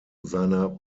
seiner